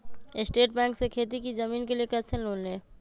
State bank से खेती की जमीन के लिए कैसे लोन ले?